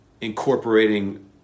incorporating